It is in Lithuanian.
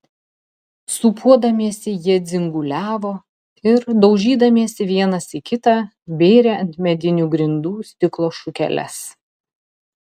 sūpuodamiesi jie dzinguliavo ir daužydamiesi vienas į kitą bėrė ant medinių grindų stiklo šukeles